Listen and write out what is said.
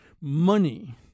money